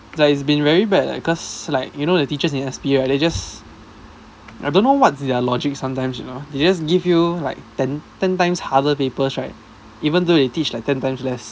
like it's been very bad lah cause like you know the teachers in S_P right they just I don't know what's their logic sometimes you know they just give you like ten ten times harder papers right even though they teach like ten times less